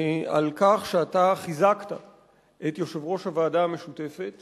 על כך שאתה חיזקת את יושב-ראש הוועדה המשותפת